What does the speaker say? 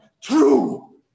true